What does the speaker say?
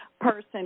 person